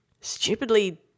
Stupidly